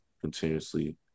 continuously